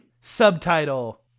Subtitle